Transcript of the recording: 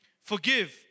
forgive